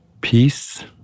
Peace